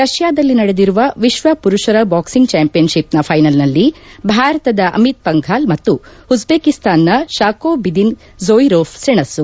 ರಷ್ಟಾದಲ್ಲಿ ನಡೆದಿರುವ ವಿಶ್ವ ಪುರುಷರ ಬಾಕ್ಸಿಂಗ್ ಚಾಂಪಿಯನ್ ಶಿಪ್ನ ಫೈನಲ್ನಲ್ಲಿ ಭಾರತದ ಅಮಿತ್ ಪಂಘಾಲ್ ಮತ್ತು ಉಜ್ಲೇಕಿಸ್ತಾನ್ನ ಶಾಕೋ ಬಿದಿನ್ ಝೋಯಿರೋಫ್ ಸೆಣಸು